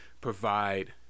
provide